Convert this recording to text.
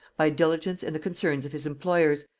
by diligence in the concerns of his employers,